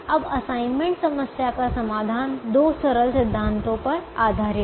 अब असाइनमेंट समस्या का समाधान दो सरल सिद्धांतों पर आधारित है